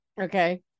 Okay